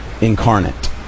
Incarnate